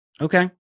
Okay